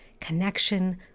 connection